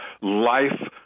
life